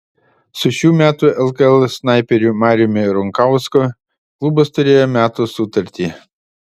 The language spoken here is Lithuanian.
su šių metų lkl snaiperiu mariumi runkausku klubas turėjo metų sutartį